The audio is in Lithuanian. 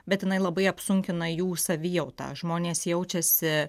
bet jinai labai apsunkina jų savijautą žmonės jaučiasi